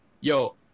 yo